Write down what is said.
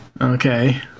Okay